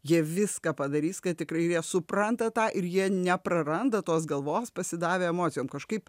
jie viską padarys kad tikrai supranta tą ir jie nepraranda tos galvos pasidavę emocijom kažkaip